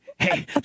Hey